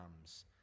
comes